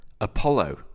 Apollo